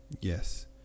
Yes